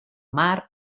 mar